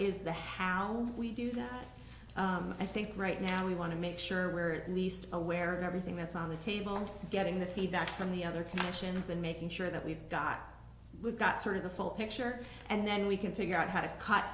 is the how we do that i think right now we want to make sure we're at least aware of everything that's on the table getting the feedback from the other connections and making sure that we've got we've got sort of the full picture and then we can figure out how to cut